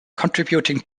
contributing